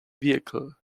vehicle